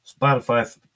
Spotify